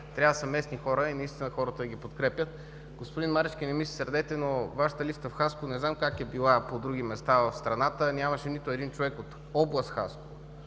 трябва да са местни хора и наистина хората да ги подкрепят. Господин Марешки, не ми се сърдете, но във Вашата листа в Хасково, не знам как е била по други места в страната, нямаше нито един човек от област Хасково.